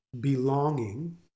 Belonging